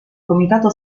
comitato